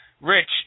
Rich